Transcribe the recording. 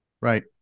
Right